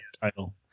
title